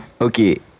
Okay